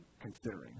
considering